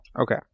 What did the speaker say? Okay